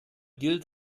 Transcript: gilt